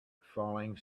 falling